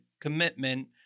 commitment